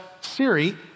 Siri